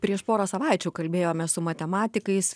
prieš porą savaičių kalbėjome su matematikais